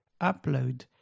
upload